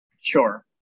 Sure